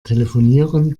telefonieren